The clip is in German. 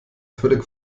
völlig